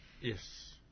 Yes